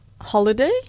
Holiday